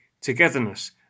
togetherness